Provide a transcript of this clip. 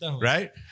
Right